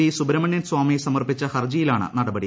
P Subramanian Swamy സമർപ്പിച്ച ഹർജിയിലാണ് നടപടി